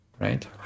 right